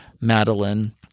Madeline